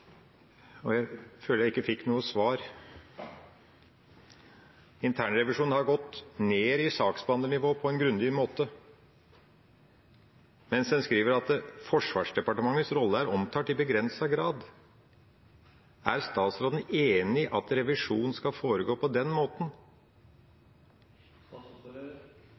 og jeg føler at jeg ikke fikk noe svar. Internrevisjonen har gått ned i saksbehandlernivået på en grundig måte, men en skriver: «Forsvarsdepartementets rolle er omtalt i begrenset grad.» Er statsråden enig i at revisjon skal foregå på den måten?